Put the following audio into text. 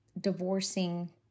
divorcing